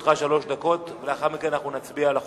לרשותך שלוש דקות, ולאחר מכן אנחנו נצביע על החוק.